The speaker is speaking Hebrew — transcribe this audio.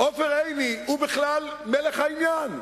עופר עיני הוא בכלל מלך העניין.